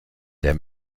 der